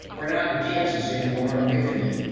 we're not in kansas anymore epiphany.